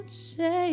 say